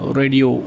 radio